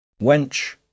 Wench